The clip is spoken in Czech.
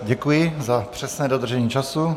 Děkuji za přesné dodržení času.